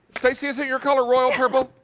stacy's ear color royal verbal?